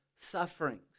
sufferings